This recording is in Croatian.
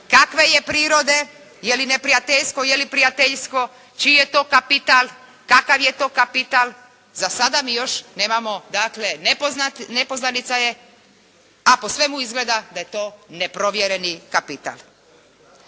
kakve je prirode, je li neprijateljsko, je li prijateljsko, čiji je to kapital, kakav je to kapital, za sada mi još nemamo dakle nepoznanica je, a po svemu izgleda da je to neprovjereni kapital.